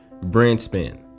Brandspan